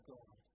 God